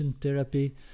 therapy